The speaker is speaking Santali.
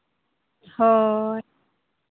ᱦᱳᱭ